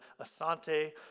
Asante